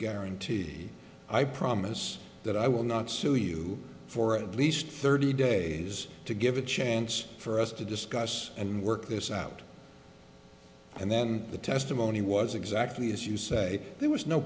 guarantee i promise that i will not sue you for at least thirty days to give a chance for us to discuss and work this out and then the testimony was exactly as you say there was no